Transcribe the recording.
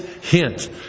hint